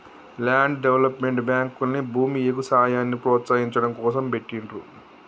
land development బ్యేంకుల్ని భూమి, ఎగుసాయాన్ని ప్రోత్సహించడం కోసం పెట్టిండ్రు